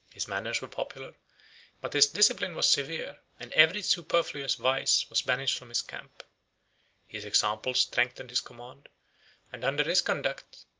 his manners were popular but his discipline was severe and every superfluous vice was banished from his camp his example strengthened his command and under his conduct,